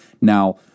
Now